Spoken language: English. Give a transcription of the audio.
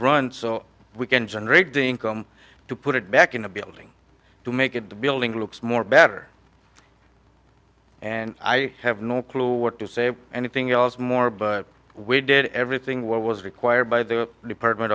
run so we can generate the income to put it back in the building to make it the building looks more better and i have no clue what to say anything else more but we did everything what was required by the department